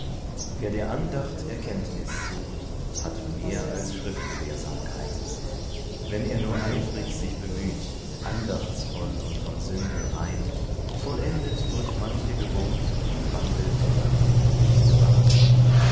wer der andacht erkenntnis sucht hat mehr als schriftgelehrsamkeit wenn er nur eifrig sich bemüht andachtsvoll und von sünden rein vollendet durch manche geburt wandelt er dann die höchste bahn